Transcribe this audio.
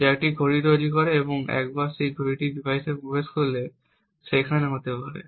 যা একটি ঘড়ি তৈরি করে এবং একবার এই ঘড়িটি ডিভাইসে প্রবেশ করলে সেখানে হতে পারে